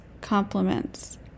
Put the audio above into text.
compliments